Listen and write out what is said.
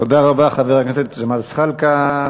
תודה רבה, חבר הכנסת ג'מאל זחאלקה.